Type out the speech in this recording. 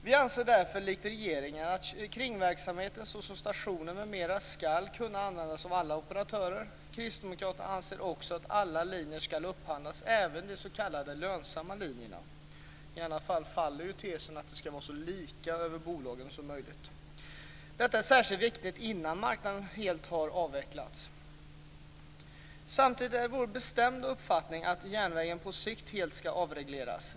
Vi anser därför, likt regeringen, att kringverksamheten, såsom stationer m.m., ska kunna användas av alla operatörer. Kristdemokraterna anser också att alla linjer ska upphandlas, även de s.k. lönsamma linjerna. I annat fall faller tesen att det ska vara så lika som möjligt för bolagen. Detta är särskilt viktigt innan marknaden helt har avvecklats. Samtidigt är det vår bestämda uppfattning att järnvägen på sikt helt ska avregleras.